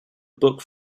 book